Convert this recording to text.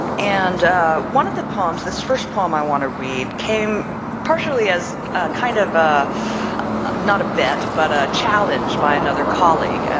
and one of the poems this first poem i want to read came partially as kind of a not a bet but a challenge by another colleague.